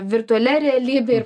virtualia realybe ir